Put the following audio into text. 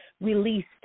released